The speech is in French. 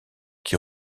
qui